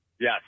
Yes